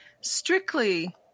strictly